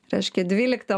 reiškia dvylikta